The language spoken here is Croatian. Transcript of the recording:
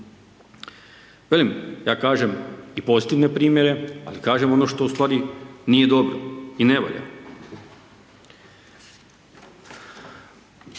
ja kažem i postigne primjere ali kažem ono što ustvari nije dobro i ne valja.